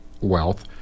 wealth